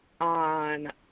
on